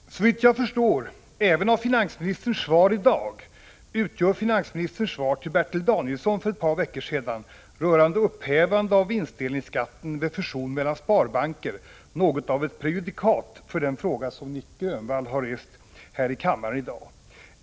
Herr talman! Såvitt jag förstår, även av finansministerns svar i dag, utgör finansministerns svar till Bertil Danielsson för ett par veckor sedan rörande upphävande av vinstdelningsskatten vid fusion mellan sparbanker något av ett prejudikat för den fråga som Nic Grönvall har rest här i kammaren i dag.